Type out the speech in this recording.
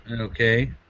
Okay